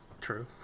true